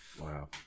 Wow